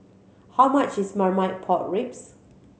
how much is Marmite Pork Ribs